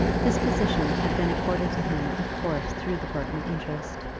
this position had been accorded to him of course through the burton interest,